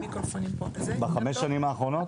בחמש שנים האחרונות?